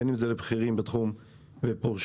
בין אם זה לבכירים בתחום ופורשים,